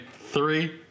three